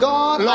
God